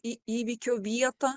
į įvykio vietą